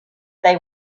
they